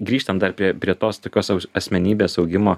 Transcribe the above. grįžtant dar prie prie tos tokios asmenybės augimo